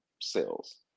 sales